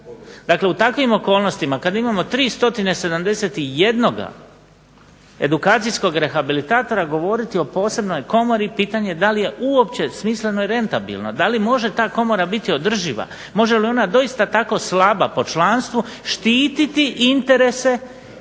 Dakle, u takvim okolnostima kad imamo 371 edukacijskog rehabilitatora govoriti o posebnoj komori pitanje je da li je uopće smisleno i rentabilno, da li može ta komora biti održiva, može li ona doista tako slaba po članstvu štititi interese